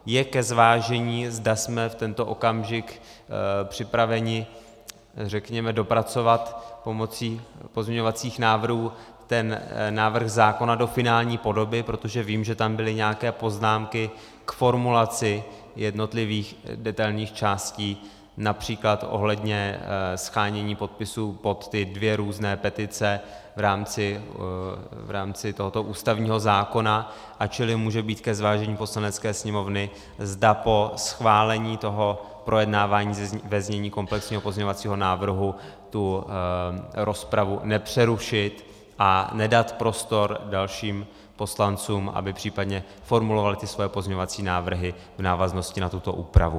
Je ke zvážení, zda jsme v tento okamžik připraveni, řekněme, dopracovat pomocí pozměňovacích návrhů ten návrh zákona do finální podoby, protože vím, že tam byly nějaké poznámky k formulaci jednotlivých detailních částí, například ohledně shánění podpisů pod ty dvě různé petice v rámci tohoto ústavního zákona, čili může být ke zvážení Poslanecké sněmovny, zda po schválení toho projednávání ve znění komplexního pozměňovacího návrhu rozpravu nepřerušit a nedat prostor dalším poslancům, aby případně formulovali svoje pozměňovací návrhy v návaznosti na tuto úpravu.